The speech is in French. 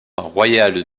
royal